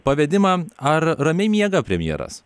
pavedimą ar ramiai miega premjeras